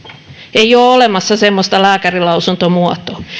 ei ole olemassa semmoista lääkärinlausuntomuotoa